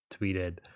tweeted